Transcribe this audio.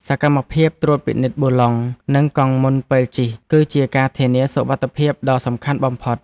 សកម្មភាពត្រួតពិនិត្យប៊ូឡុង និងកង់មុនពេលជិះ គឺជាការធានាសុវត្ថិភាពដ៏សំខាន់បំផុត។